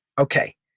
Okay